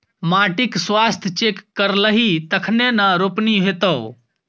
माटिक स्वास्थ्य चेक करेलही तखने न रोपनी हेतौ